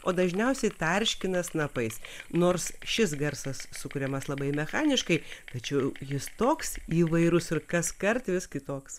o dažniausiai tarškina snapais nors šis garsas sukuriamas labai mechaniškai tačiau jis toks įvairus ir kaskart vis kitoks